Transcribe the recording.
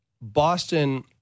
Boston –